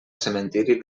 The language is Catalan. cementiri